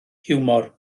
hiwmor